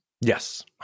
Yes